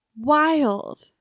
Wild